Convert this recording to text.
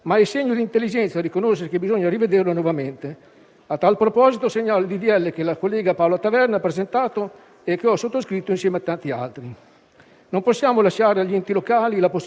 Non possiamo lasciare agli enti locali la possibilità di gestire a proprio piacimento la sanità: questo va ribadito, perché spero sia un tema centrale del nostro lavoro anche nei mesi e anni a venire di questa legislatura.